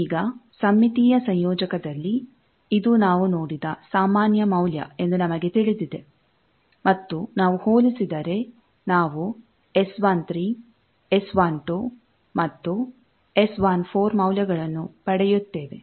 ಈಗ ಸಮ್ಮಿತೀಯ ಸಂಯೋಜಕದಲ್ಲಿ ಇದು ನಾವು ನೋಡಿದ ಸಾಮಾನ್ಯ ಮೌಲ್ಯ ಎಂದು ನಮಗೆ ತಿಳಿದಿದೆ ಮತ್ತು ನಾವು ಹೋಲಿಸಿದರೆ ನಾವು S1 3 S12ಮತ್ತು S14 ಮೌಲ್ಯಗಳನ್ನು ಪಡೆಯುತ್ತೇವೆ